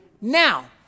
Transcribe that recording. Now